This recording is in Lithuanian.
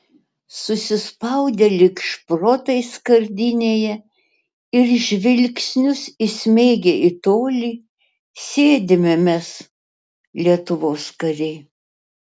susispaudę lyg šprotai skardinėje ir žvilgsnius įsmeigę į tolį sėdime mes lietuvos kariai